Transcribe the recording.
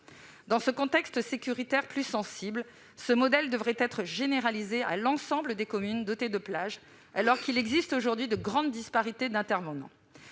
Dans un contexte sécuritaire plus sensible, ce modèle devrait être généralisé à l'ensemble des communes dotées de plage, alors qu'il existe aujourd'hui de grandes disparités d'intervenants.